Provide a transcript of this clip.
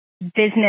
business